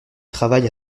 travaille